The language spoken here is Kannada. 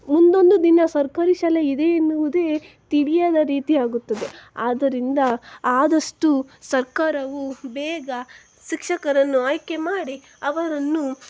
ಮುಂದೊಂದು ದಿನ ಸರ್ಕಾರಿ ಶಾಲೆ ಇದೆ ಎನ್ನುವುದೇ ತಿಳಿಯದ ರೀತಿ ಆಗುತ್ತದೆ ಆದ್ದರಿಂದ ಆದಷ್ಟು ಸರ್ಕಾರವು ಬೇಗ ಶಿಕ್ಷಕರನ್ನು ಆಯ್ಕೆ ಮಾಡಿ ಅವರನ್ನು